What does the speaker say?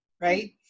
right